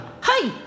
hi